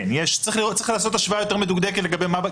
צריך לעשות השוואה יותר מדוקדקת לגבי מה בה,